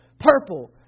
Purple